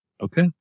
Okay